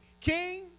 King